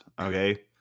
Okay